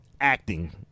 acting